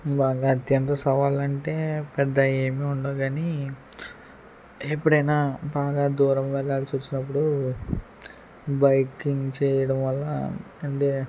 బాగా అత్యంత సవాల్ అంటే పెద్ద ఏమీ ఉండవు గానీ ఎప్పుడైనా బాగా దూరం వెళ్ళాల్సి వచ్చినప్పుడు బైకింగ్ చేయడం వల్ల అంటే